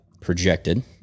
projected